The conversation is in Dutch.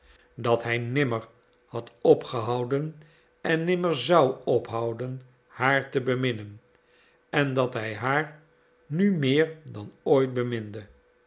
dat hij nimmer had opgehouden en nimmer zou ophouden haar te beminnen en dat hij haar nu meer dan ooit beminde